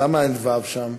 למה אין וי"ו שם?